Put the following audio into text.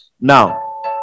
Now